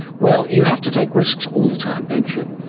well, you have to take risks all the time don't you.